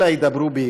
אלא ידברו בעברית.